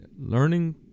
learning